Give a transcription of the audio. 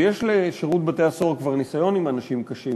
ויש לשירות בתי-הסוהר כבר ניסיון עם אנשים קשים,